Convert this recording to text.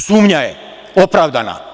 Sumnja je opravdana.